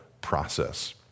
process